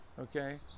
okay